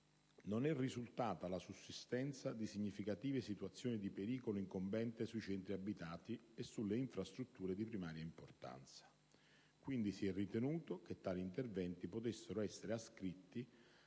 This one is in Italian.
non erisultata la sussistenza di significative situazioni di pericolo incombente sui centri abitati e sulle infrastrutture di primaria importanza, quindi si e ritenuto che tali interventi potessero essere ascritti